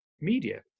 media